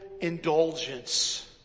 indulgence